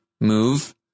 move